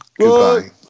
Goodbye